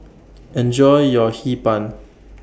Enjoy your Hee Pan